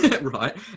right